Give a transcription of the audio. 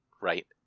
Right